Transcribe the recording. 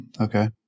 Okay